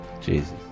Jesus